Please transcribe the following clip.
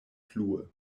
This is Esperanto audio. plue